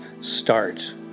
start